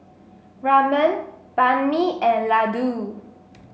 Ramen Banh Mi and Ladoo